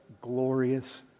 glorious